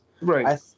Right